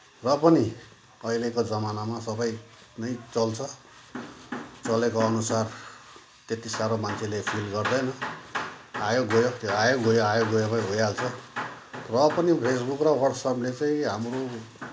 र पनि अहिलेको जमानामा सबै नै चल्छ चलेको अनुसार त्यत्ति साह्रो मान्छेले फिल गर्दैन आयो गयो त्यो आयो गयो आयो गयोमै भइहाल्छ र पनि फेसबुक र वाट्सएपले चाहिँ हाम्रो